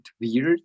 weird